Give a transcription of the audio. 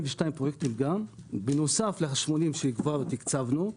בנוסף ל-80 שכבר תקצבנו.